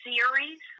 Series